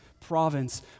province